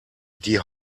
die